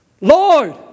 Lord